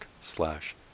slash